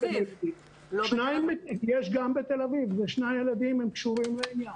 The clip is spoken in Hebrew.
יש גם בתל אביב ושני הילדים קשורים לעניין.